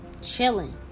Chilling